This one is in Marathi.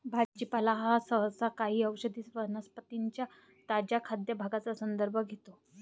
भाजीपाला हा सहसा काही औषधी वनस्पतीं च्या ताज्या खाद्य भागांचा संदर्भ घेतो